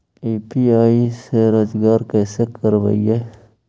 UPI से रोजगार कैसे करबय?